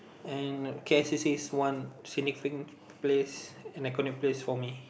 and K_L C_C is one signific~ place an iconic place for me